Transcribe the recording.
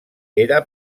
era